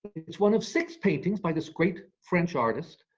it's one of six paintings by this great french artist,